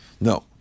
No